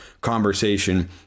conversation